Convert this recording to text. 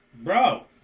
bro